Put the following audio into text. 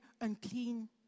unclean